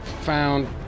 found